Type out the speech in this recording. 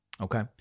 Okay